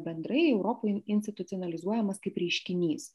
bendrai europoje institucionalizuojamas kaip reiškinys